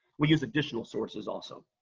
we use additional sources also.